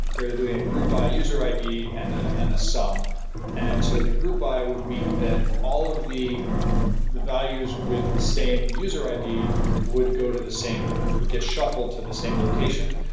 we're doing a group by user id and a and sum that and sort of the group by would mean that all of the the values with the same user id would go to the same would get shuffled to the same location,